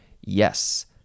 Yes